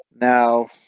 Now